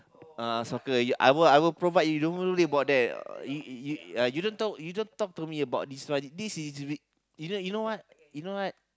uh soccer I will I will provide you don't worry about that you you uh you don't talk you don't talk to me about this one this is re~ you know you know what you know what